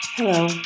Hello